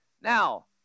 Now